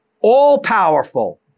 all-powerful